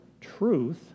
Truth